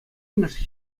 имӗш